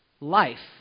life